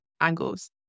angles